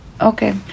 Okay